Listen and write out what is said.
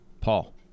Paul